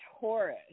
Taurus